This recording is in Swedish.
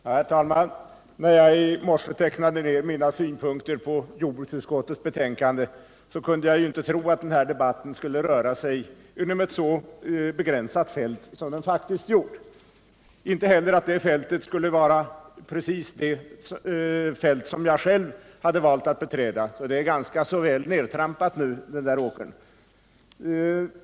Herr talman! När jag i morse tecknade ned mina synpunkter på jordbruksutskottets betänkande kunde jag inte tro att den här debatten skulle röra sig inom ett så begränsat fält som den faktiskt gjort och inte heller att det fältet skulle vara precis det fält som jag själv valt att beträda — och det är ganska väl nedtrampat nu.